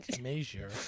Measure